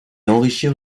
enrichir